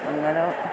അങ്ങനെ